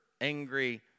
Angry